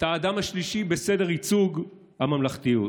אתה האדם השלישי בסדר ייצוג הממלכתיות,